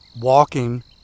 walking